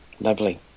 Lovely